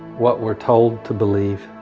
what we are told to believe,